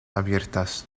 abiertas